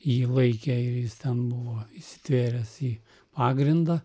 jį laikė ir jis ten buvo įsitvėręs į pagrindą